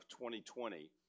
2020